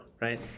right